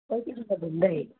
कोही कोही बेला घुम्दै